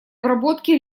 обработки